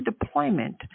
deployment